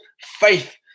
faith